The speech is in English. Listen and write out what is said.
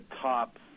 top